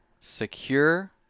Secure